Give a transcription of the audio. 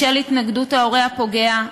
בשל התנגדות ההורה הפוגע,